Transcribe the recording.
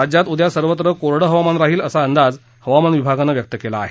राज्यात उद्या सर्वत्र कोरडं हवामान राहील असा अंदाज हवामान विभागानं व्यक्त केला आहे